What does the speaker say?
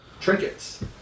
Trinkets